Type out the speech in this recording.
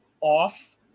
off